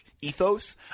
ethos